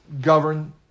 govern